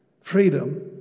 Freedom